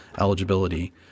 eligibility